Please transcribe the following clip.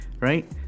Right